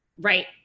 Right